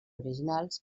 originals